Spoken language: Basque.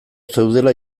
zeudela